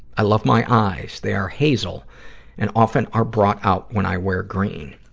i love my eyes they are hazel and often are brought out when i wear green.